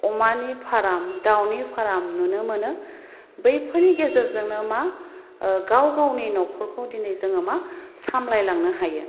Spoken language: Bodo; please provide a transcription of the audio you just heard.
अमानि फाराम दावनि फाराम नुनो मोनो बैफोरनि गेजेरजोंनो मा गाव गावनि न'खरखौ दिनै जोङो मा सामलायलांनो हायो